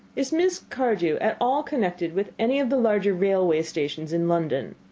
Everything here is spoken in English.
is miss cardew at all connected with any of the larger railway stations in london?